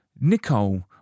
Nicole